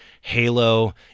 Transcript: halo